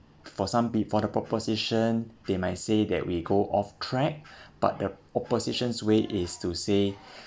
for some be~ the proposition they might say that we go off track but the opposition's way is to say